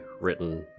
written